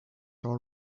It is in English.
are